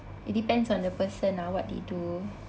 it depends on the person ah what they do